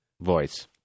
voice